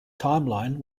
timeline